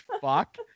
fuck